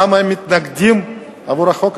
למה היא מתנגדת לחוק הזה.